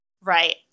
Right